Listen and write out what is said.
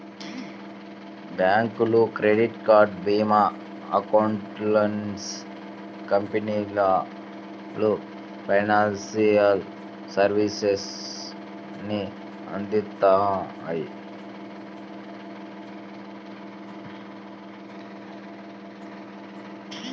బ్యాంకులు, credit card, భీమా, accountancy కంపెనీలు ఫైనాన్షియల్ సర్వీసెస్ ని అందిత్తాయి